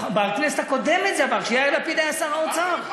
בכנסת הקודמת זה עבר, כשיאיר לפיד היה שר האוצר.